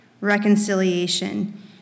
reconciliation